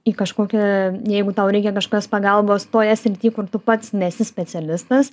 į kažkokią jeigu tau reikia kažkokios pagalbos toje srity kur tu pats nesi specialistas